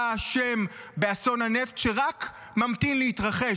אתה אשם באסון הנפט שרק ממתין להתרחש.